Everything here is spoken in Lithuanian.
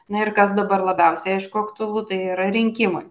na ir kas dabar labiausiai aišku aktualu tai yra rinkimai